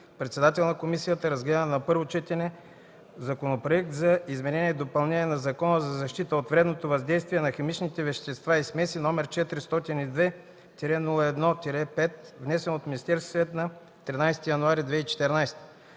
председател на Комисията, разгледа на първо четене Законопроект за изменение и допълнение на Закона за защита от вредното въздействие на химичните вещества и смеси, № 402-01-5, внесен от Министерския съвет на 13 януари 2014